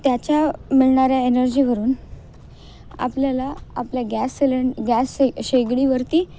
त्याच्या मिळणाऱ्या एनर्जीवरून आपल्याला आपल्या गॅस सिलेंड गॅस शे शेगडीवरती